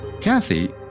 Kathy